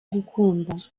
gukunda